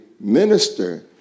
minister